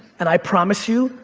and i promise you,